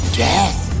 death